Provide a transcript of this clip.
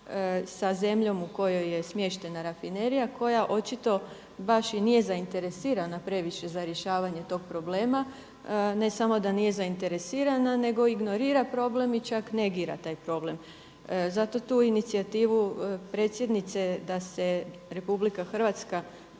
sa zemljom u kojoj je smještena rafinerija koja očito baš i nije zainteresirana previše za rješavanje tog problema. Ne samo da nije zainteresirana nego ignorira problem i čak negira taj problem. Zato tu inicijativu predsjednice da se RH angažira sa